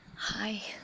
Hi